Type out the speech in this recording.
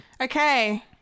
Okay